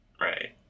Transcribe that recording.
right